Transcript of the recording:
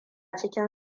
cikin